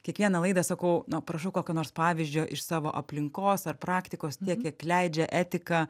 kiekvieną laidą sakau na prašau kokio nors pavyzdžio iš savo aplinkos ar praktikos tiek kiek leidžia etika